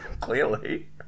clearly